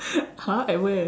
!huh! at where